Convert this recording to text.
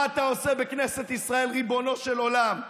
מה אתה עושה בכנסת ישראל, ריבונו של עולם?